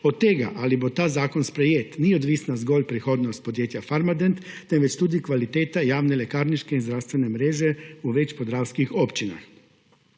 Od tega, ali bo ta zakon sprejet, ni odvisna zgolj prihodnost podjetja Farmadent, temveč tudi kvaliteta javne lekarniške in zdravstvene mreže v več podravskih občinah.